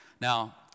Now